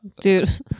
dude